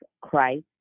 Christ